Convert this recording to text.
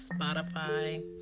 Spotify